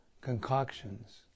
concoctions